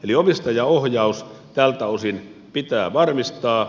eli omistajaohjaus tältä osin pitää varmistaa